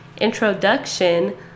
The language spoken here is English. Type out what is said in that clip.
introduction